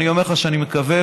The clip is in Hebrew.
אני אומר לך שאני מקווה,